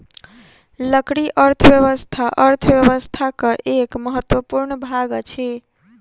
लकड़ी अर्थव्यवस्था अर्थव्यवस्थाक एक महत्वपूर्ण भाग अछि